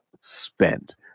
spent